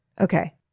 okay